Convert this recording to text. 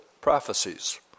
prophecies